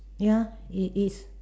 ya it is